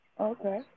Okay